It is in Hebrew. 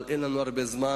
אבל אין לנו הרבה זמן.